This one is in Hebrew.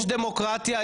יש דמוקרטיה,